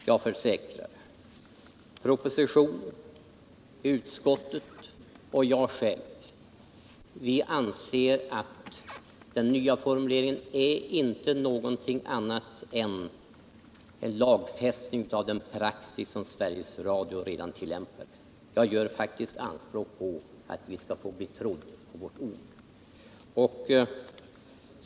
Jag försäkrar att departementschefen, utskottet och jag själv inte anser att den nya formuleringen är någonting annat än en lagfästning av den praxis som Sveriges Radio redan tillämpar. Jag gör faktiskt anspråk på att vi får bli trodda på vårt ord.